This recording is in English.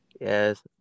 Yes